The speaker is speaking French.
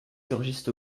surgissent